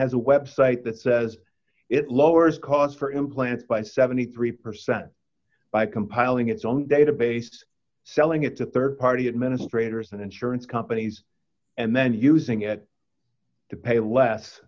has a website that says it lowers costs for implants by seventy three percent by compiling its own database selling it to rd party administrators and insurance companies and then using it to pay less